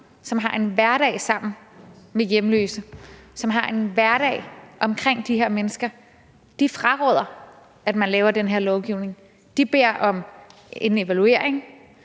som har en hverdag sammen med hjemløse, som har en hverdag omkring de her mennesker, fraråder, at man laver den her lovgivning. De beder om en evaluering.